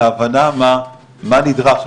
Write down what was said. להבנה מה נדרש,